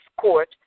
court